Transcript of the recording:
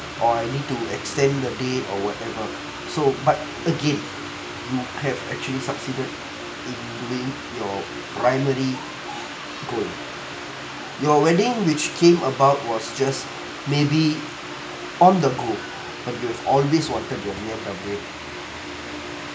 or I need to extend the day or whatever so but again you have actually succeeded in leave your primary goal your wedding which came about was just maybe on the go that you've always wanted a B_M_W